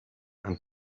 and